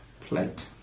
plate